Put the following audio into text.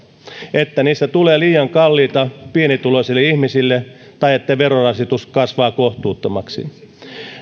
että niistä tulee liian kalliita pienituloisille ihmisille tai että verorasitus kasvaa kohtuuttomaksi